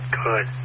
good